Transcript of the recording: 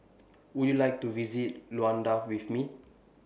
Would YOU like to visit Luanda with Me